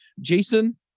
jason